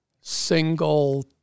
single